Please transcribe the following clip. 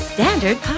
Standard